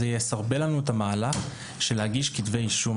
זה יסרבל לנו את המהלך של להגיש כתבי אישום.